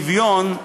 שוויון,